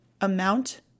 amount